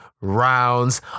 rounds